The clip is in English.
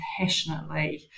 passionately